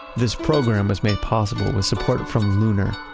this program was made possible with support from lunar,